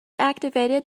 activated